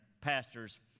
pastors